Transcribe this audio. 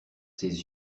ses